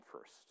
first